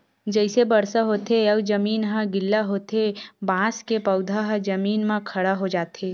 जइसे बरसा होथे अउ जमीन ह गिल्ला होथे बांस के पउधा ह जमीन म खड़ा हो जाथे